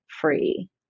free